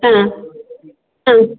ಹಾಂ ಹಾಂ